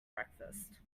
breakfast